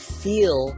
feel